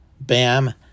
Bam